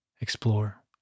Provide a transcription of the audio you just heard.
explore